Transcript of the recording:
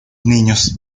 niños